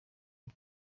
rwe